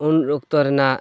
ᱩᱱ ᱚᱠᱛᱚ ᱨᱮᱱᱟᱜ